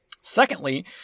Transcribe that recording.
Secondly